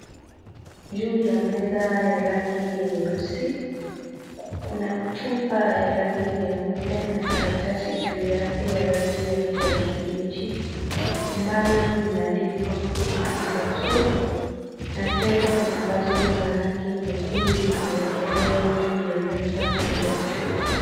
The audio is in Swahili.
Juu ya meza ya rangi ya nyeusi kuna chupa ya rangi nyeupe na karatasi juu yake ya rangi ya kijani kibichi ambayo imeandikwa Prucan capsules na tembe ambazo ni za rangi nyekundu zimewekelewa juu ya meza kando ya chupa.